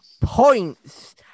points